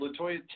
LaToya